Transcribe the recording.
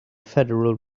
federal